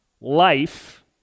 life